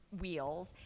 wheels